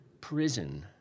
prison